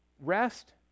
rest